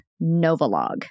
Novolog